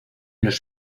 los